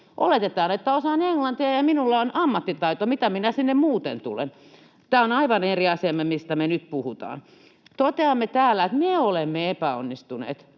Oletetaan, että osaan englantia ja minulla on ammattitaito, mitä minä sinne muuten tulen. Tämä on aivan eri asia, mistä me nyt puhutaan. Toteamme täällä, että me olemme epäonnistuneet,